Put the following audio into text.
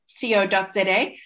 co.za